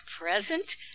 Present